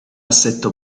assetto